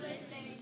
listening